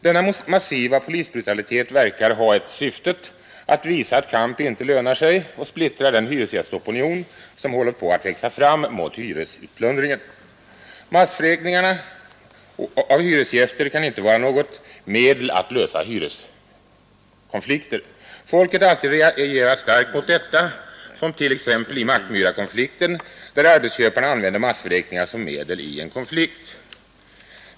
Denna massiva polisbrutalitet verkar att ha till syfte att visa att kamp inte lönar sig samt att splittra den hyresgästopinion som håller på att växa fram mot hyresutplundringen. Massvräkningar av hyresgäster kan inte få vara något medel att lösa hyreskonflikter. Folket har alltid reagerat starkt mot detta, t.ex. i Mackmyrakonflikten, där arbetsköparna använde massvräkningar som medel i en konflikt.